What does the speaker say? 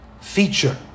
feature